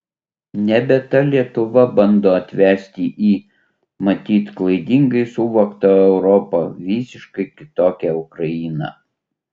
nebe ta lietuva bando atvesti į matyt klaidingai suvoktą europą visiškai kitokią ukrainą